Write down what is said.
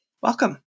Welcome